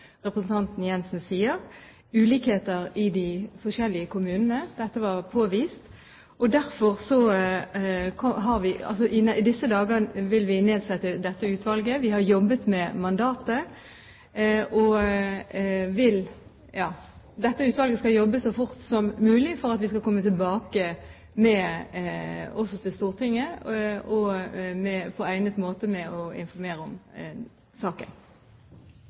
representanten Jensen sier, ulikheter i de forskjellige kommunene – dette var påvist. I disse dager vil vi nedsette dette utvalget. Vi har jobbet med mandatet. Utvalget skal jobbe så fort som mulig for at vi skal komme tilbake til Stortinget på egnet måte for å informere om saken.